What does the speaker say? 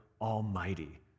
almighty